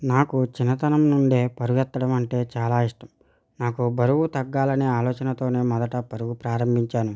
నాకు చిన్నతనం నుండే పరుగెత్తడం అంటే చాలా ఇష్టం నాకు బరువు తగ్గాలని ఆలోచనతోనే మొదట పరుగు ప్రారంభించాను